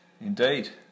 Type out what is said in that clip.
Indeed